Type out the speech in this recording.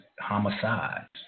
homicides